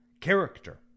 character